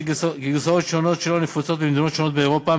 שגרסאות שונות שלו נפוצות במדינות שונות באירופה,